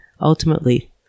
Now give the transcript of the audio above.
ultimately